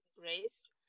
race